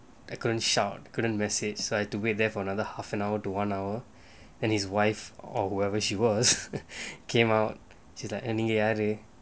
I couldn't shout couldn't message so I had to wait there for another half an hour to one hour and his wife or whoever she was came out she's like நீங்க யாரு:ninga yaaru